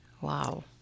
Wow